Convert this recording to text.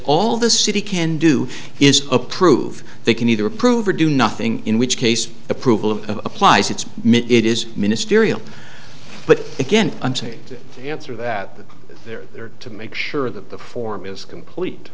all the city can do is approve they can either approve or do nothing in which case approval applies it's made it is ministerial but again until you answer that they're there to make sure that the form is complete